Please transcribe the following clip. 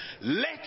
let